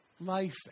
Life